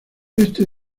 este